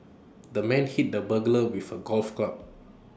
the man hit the burglar with A golf club